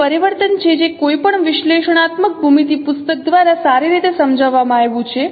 તેથી આ તે પરિવર્તન છે જે કોઈપણ વિશ્લેષણાત્મક ભૂમિતિ પુસ્તક દ્વારા સારી રીતે સમજાવવામાં આવ્યું છે